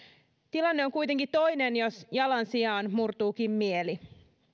tilanne on kuitenkin toinen jos jalan sijaan murtuukin mieli